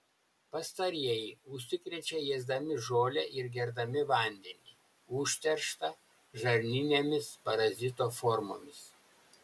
pastarieji užsikrečia ėsdami žolę ir gerdami vandenį užterštą žarninėmis parazito formomis